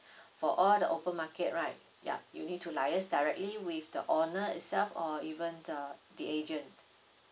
for all the open market right ya you need to liaise directly with the owner itself or even the the agent